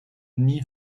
knee